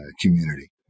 community